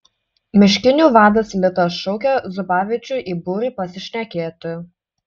miškinių vadas litas šaukia zubavičių į būrį pasišnekėti